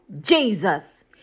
Jesus